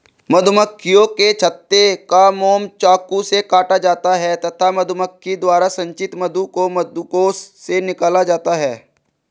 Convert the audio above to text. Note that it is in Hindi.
मधुमक्खियों के छत्ते का मोम चाकू से काटा जाता है तथा मधुमक्खी द्वारा संचित मधु को मधुकोश से निकाला जाता है